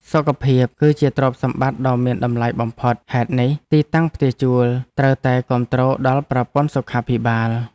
សុខភាពគឺជាទ្រព្យសម្បត្តិដ៏មានតម្លៃបំផុតហេតុនេះទីតាំងផ្ទះជួលត្រូវតែគាំទ្រដល់ប្រព័ន្ធសុខាភិបាល។